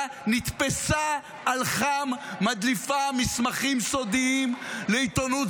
נתפסה על חם מדליפה מסמכים סודיים לעיתונות,